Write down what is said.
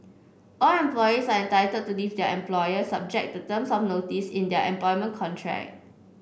all employees are entitled to leave their employer subject to terms of notice in their employment contract